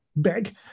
big